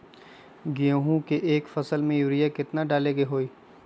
गेंहू के एक फसल में यूरिया केतना बार डाले के होई?